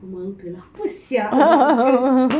rumah uncle apa sia rumah uncle